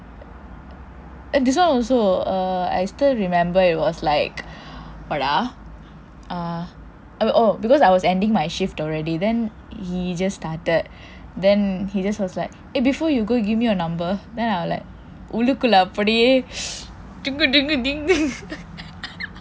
this one also err I still remember it was like what ah err oh because I was ending my shift already then he just started then he just was like eh before you go give me your number then I'm like உள்ளுக்குள்ள அப்படியே:ullukkulla appadiyee